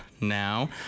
now